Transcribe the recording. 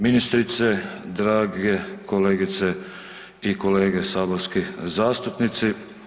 ministrice, drage kolegice i kolege saborski zastupnici.